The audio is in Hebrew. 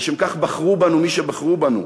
לשם כך בחרו בנו מי שבחרו בנו: